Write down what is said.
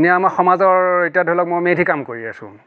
এনেই আমাৰ সমাজৰ এতিয়া ধৰি লওক মই মেধি কাম কৰি আছো